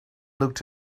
looked